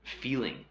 feeling